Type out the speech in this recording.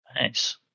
Nice